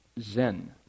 Zen